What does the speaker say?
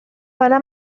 حالا